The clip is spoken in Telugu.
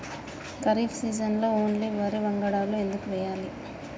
ఖరీఫ్ సీజన్లో ఓన్లీ వరి వంగడాలు ఎందుకు వేయాలి?